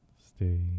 stay